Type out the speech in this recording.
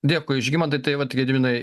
dėkui žygimantai tai vat gediminai